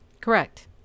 Correct